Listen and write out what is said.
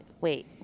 wait